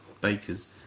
baker's